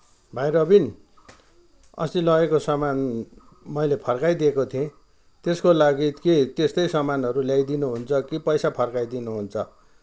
भाइ रबिन अस्ति लगेको सामान मैले फर्काइदिएको थिएँ त्यसको लागि के त्यस्तै सामानहरू ल्याइदिनु हुन्छ कि पैसा फर्काई दिनुहुन्छ